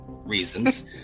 reasons